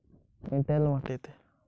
কোন মাটিতে শাকসবজী ভালো চাষ হয়?